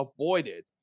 avoided